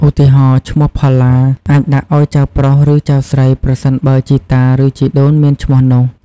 ឧទាហរណ៍ ឈ្មោះ "ផល្លា" អាចដាក់ឱ្យចៅប្រុស ឬចៅស្រី ប្រសិនបើជីតា ឬជីដូនមានឈ្មោះនោះ។